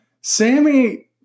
Sammy